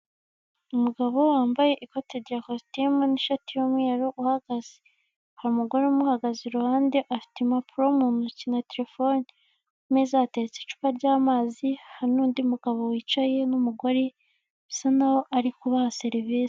Umugabo wambaye ikote rya kositimu n'ishati y'umweru uhagaze, hari umugore umuhagaze iruhande afite impapuro mu muntoki na telefone kumeza hatetse icupa ry'amazi, harundi mugabo wicaye n'umugore bisa naho ari kubaha serivisi.